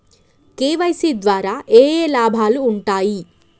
KYC ద్వారా ఏఏ లాభాలు ఉంటాయి?